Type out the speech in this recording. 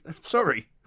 Sorry